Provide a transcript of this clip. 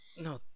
No